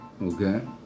Okay